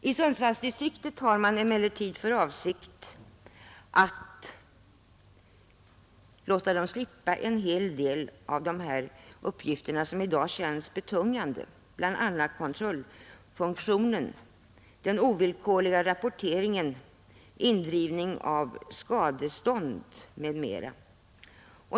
I Sundsvallsdistriktet har man emellertid för avsikt att låta övervakarna slippa en hel del av de här uppgifterna, som i dag känns betungande, bl.a. kontrollfunktionen, den ovillkorliga rapporteringen och indrivningen av skadestånd.